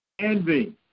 envy